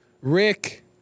Rick